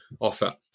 offer